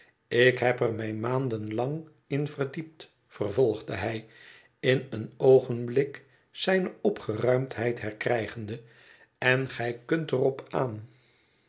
ik heb er mij maanden lang in verdiept vervolgde hij in een oogenblik zijne opgeruimdheid herkrijgende en gij kunt er op aan